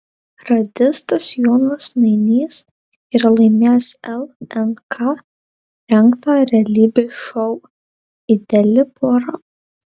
radistas jonas nainys yra laimėjęs lnk rengtą realybės šou ideali pora